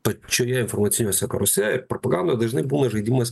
pačioje informaciniuose karuose propaganda dažnai būna žaidimas